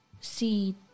see